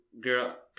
girl